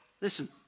Listen